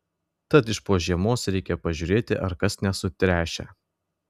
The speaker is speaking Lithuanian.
tad iš po žiemos reikia pažiūrėti ar kas nesutręšę